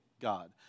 God